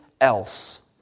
else